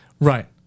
Right